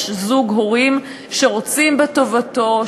יש זוג הורים שרוצים בטובתו,